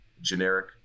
generic